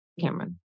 Cameron